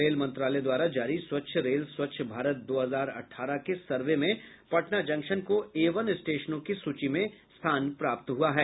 rail मंत्रालय द्वारा जारी स्वच्छ रेल स्वच्छ भारत दो हजार अठारह के सर्वे में पटना जंक्शन को ए वन स्टेशनों की सूची में स्थान प्राप्त हुआ है